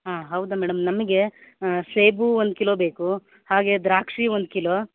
ಹಾಂ ಹೌದಾ ಮೇಡಮ್ ನಮಗೆ ಸೇಬು ಒಂದು ಕಿಲೋ ಬೇಕು ಹಾಗೇ ದ್ರಾಕ್ಷಿ ಒಂದು ಕಿಲೋ